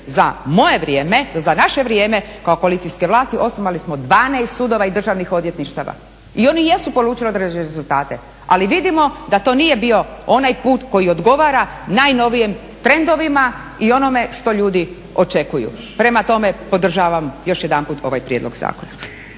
za moje vrijeme, za naše vrijeme kao koalicijske vlasti, osnovali smo 12 sudova i državnih odvjetništava i oni jesu … određene rezultate, ali vidimo da to nije bio onaj put koji odgovara najnovijim trendovima i onome što ljudi očekuju. Prema tome, podržavam još jedanput ovaj prijedlog zakona.